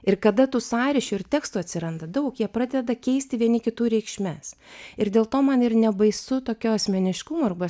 ir kada tų sąryšių ir tekstų atsiranda daug jie pradeda keisti vieni kitų reikšmes ir dėl to man ir nebaisu tokios meniškumo arba